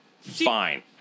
Fine